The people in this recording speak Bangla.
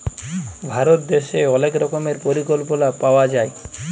ভারত দ্যাশে অলেক রকমের পরিকল্পলা পাওয়া যায়